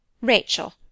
Rachel